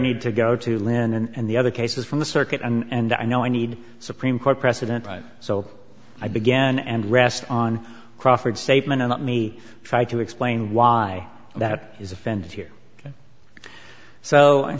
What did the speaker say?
need to go to lynn and the other cases from the circuit and i know i need supreme court precedent right so i began and rest on crawford statement and me try to explain why that is offended here so